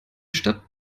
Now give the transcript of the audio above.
stadt